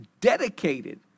dedicated